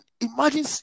imagine